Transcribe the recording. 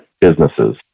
businesses